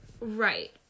Right